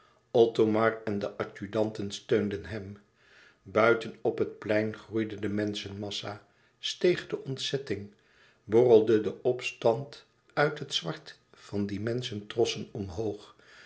othomar en de adjudanten steunden hem buiten op het plein groeide de menschenmassa steeg de ontzetting borrelde de opstand uit het zwart van die menschentrossen omhoog